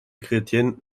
chrétienne